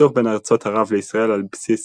הסכסוך בין ארצות ערב לישראל על בסיס